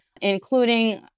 including